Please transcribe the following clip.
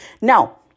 Now